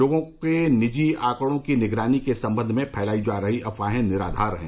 लोगों के निजी आंकड़ों की निगरानी के संबंध में फैलाई जा रही अफवाहें निराधार हैं